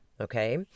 okay